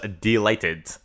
delighted